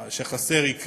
שחסר, יקרה.